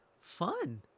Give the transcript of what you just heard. fun